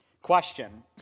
Question